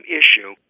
issue